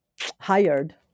hired